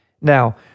Now